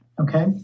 okay